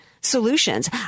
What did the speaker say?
solutions